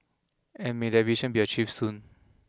and may that vision be achieved soon